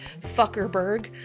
Fuckerberg